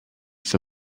for